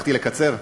הבטחתי לקצר.